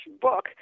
book